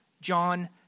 John